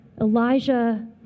Elijah